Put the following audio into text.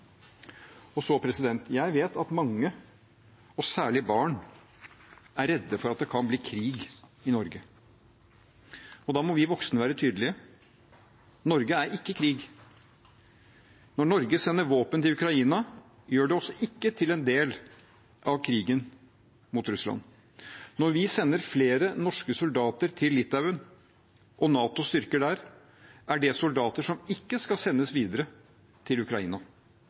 Jeg vet at mange og særlig barn er redde for at det kan bli krig i Norge. Da må vi voksne være tydelige: Norge er ikke i krig. Når Norge sender våpen til Ukraina, gjør det oss ikke til en del av krigen mot Russland. Når vi sender flere norske soldater til Litauen og NATOs styrker der, er det soldater som ikke skal sendes videre til Ukraina.